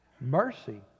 Mercy